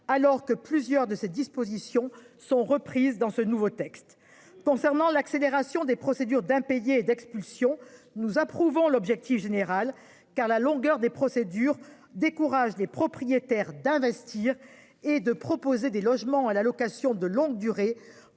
alors que plusieurs de ses dispositions sont reprises dans ce nouveau texte concernant l'accélération des procédures d'impayés d'expulsion nous approuvons l'objectif général car la longueur des procédures décourage les propriétaires d'investir et de proposer des logements à la location de longue durée